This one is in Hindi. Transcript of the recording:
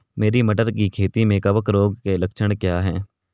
मेरी मटर की खेती में कवक रोग के लक्षण क्या हैं?